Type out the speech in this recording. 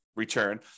return